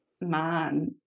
man